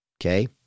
Okay